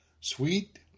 Sweet